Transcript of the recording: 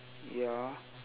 ya